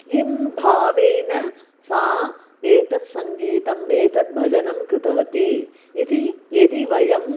किं भावेन सा एतत् सङ्गीतम् एतत् भजनं कृतवती इति यदि वयम्